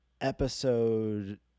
episode